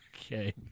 Okay